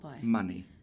money